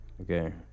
Okay